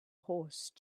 horse